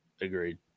Agreed